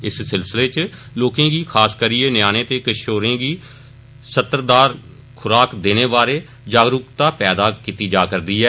इस सिलसिल च लोकें गी खासकरियै जयानें त किशोरें गी सत्तदार खुराक दन्न बारै जागरुकता पैदा कीती जा रदी ऐ